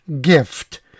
gift